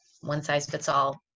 one-size-fits-all